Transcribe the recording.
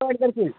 काय करशील